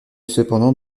cependant